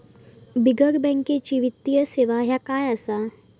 बिगर बँकेची वित्तीय सेवा ह्या काय असा?